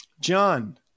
John